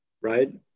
right